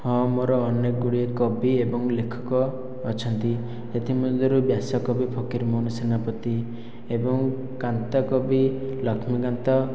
ହଁ ମୋର ଅନେକ ଗୁଡ଼ିଏ କବି ଏବଂ ଲେଖକ ଅଛନ୍ତି ଏଥିମଧ୍ୟରୁ ବ୍ୟାସକବି ଫକୀର ମୋହନ ସେନାପତି ଏବଂ କାନ୍ତକବି ଲକ୍ଷ୍ମୀକାନ୍ତ